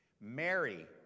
Mary